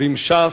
ועם ש"ס,